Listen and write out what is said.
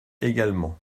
également